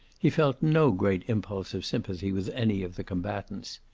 he felt no great impulse of sympathy with any of the combatants.